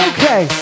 Okay